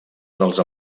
dels